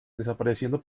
desapareciendo